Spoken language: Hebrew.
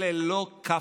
אלה לא כ"פים,